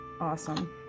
Awesome